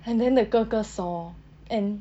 and then the 哥哥 saw and